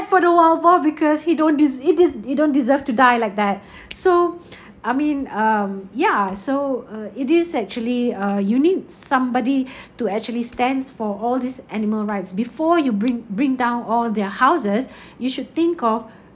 for the wild boar because he don't des~ it is you don't deserve to die like that so I mean um yeah so uh it is actually uh you need somebody to actually stands for all this animal rights before you bring bring down all their houses you should think of